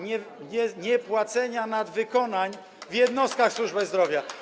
niepłacenia nadwykonań w jednostkach służby zdrowia?